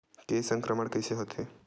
के संक्रमण कइसे होथे?